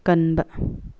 ꯀꯟꯕ